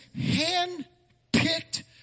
hand-picked